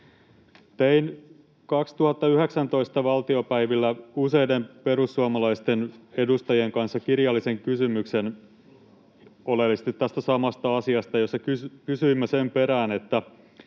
vuoden 2019 valtiopäivillä useiden perussuomalaisten edustajien kanssa kirjallisen kysymyksen oleellisesti tästä samasta asiasta. Kysyimme siinä sen perään, että